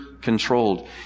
controlled